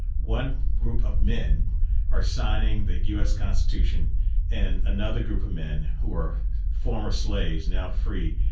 one group of men are signing the us constitution and another group of men who are former slaves, now free,